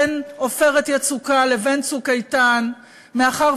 בין "עופרת יצוקה" לבין "צוק איתן" מאחר